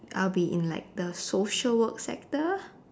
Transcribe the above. I'll be in like the social work sector